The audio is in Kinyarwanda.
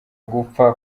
gupfa